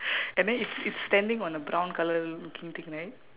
and then it's it's standing on a brown colour looking thing right